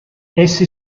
essi